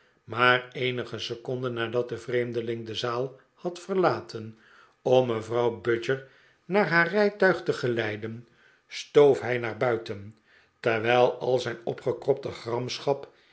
maar eenige seconden nadat de vreemdeling de zaal had verlaten om mevrouw budger naar haar rijtuig te geleiden stoof hij naar buiten terwijl al zijn opgekropte